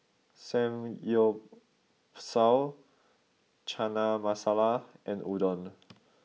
Samgyeopsal Chana Masala and Udon